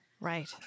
Right